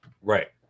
Right